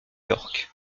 york